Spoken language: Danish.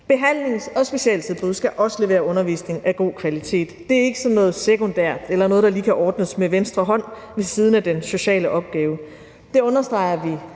Behandlings- og specialtilbud skal også levere undervisning af god kvalitet. Det er ikke sådan noget sekundært eller noget, der lige kan ordnes med venstre hånd ved siden af den sociale opgave. Det understreger vi